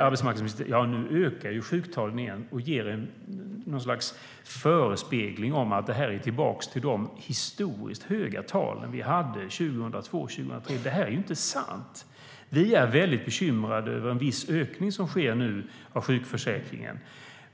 Arbetsmarknadsministern säger då: Nu ökar sjuktalen igen. Hon ger något slags förespegling om att det hela är tillbaka till de historiskt höga tal vi hade 2002-2003. Det är inte sant. Vi är bekymrade över en viss ökning av sjukförsäkringen som sker nu.